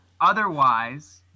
Otherwise